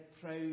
proud